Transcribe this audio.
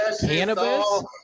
cannabis